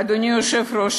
אדוני היושב-ראש,